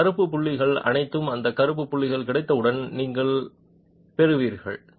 அந்த கருப்பு புள்ளிகள் அனைத்தும் அந்த கருப்பு புள்ளிகள் கிடைத்தவுடன் நீங்கள் பெறுவீர்கள்